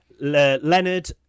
Leonard